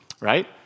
right